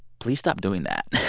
please stop doing that.